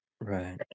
Right